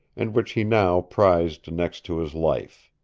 and which he now prized next to his life.